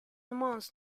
mons